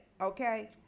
okay